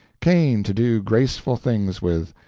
cane to do graceful things with,